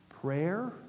Prayer